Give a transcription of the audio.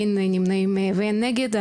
אין נמנעים ואין נגד.